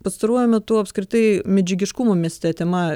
pastaruoju metu apskritai medžiagiškumo mieste tema